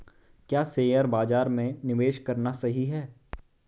क्या शेयर बाज़ार में निवेश करना सही है?